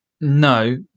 No